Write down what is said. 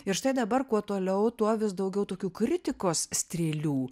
ir štai dabar kuo toliau tuo vis daugiau tokių kritikos strėlių